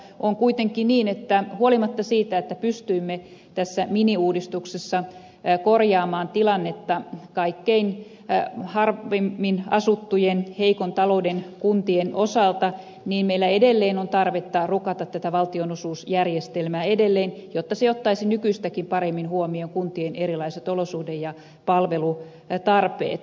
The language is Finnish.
on kuitenkin niin että huolimatta siitä että pystyimme tässä miniuudistuksessa korjaamaan tilannetta kaikkein harvimmin asuttujen heikon talouden kuntien osalta meillä on tarvetta rukata valtionosuusjärjestelmää edelleen jotta se ottaisi nykyistäkin paremmin huomioon kuntien erilaiset olosuhde ja palvelutarpeet